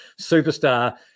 superstar